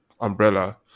umbrella